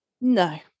No